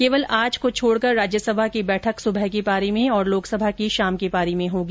केवल आज को छोड़कर राज्यसभा की बैठक सुबह की पारी में और लोकसभा की शाम पारी में होगी